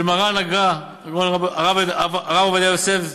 של מרן הרב עובדיה יוסף,